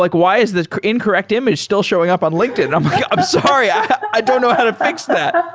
like why is this incorrect image still showing up on linkedin? i'm like, i'm sorry. i don't know how to fix that.